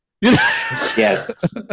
Yes